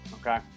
Okay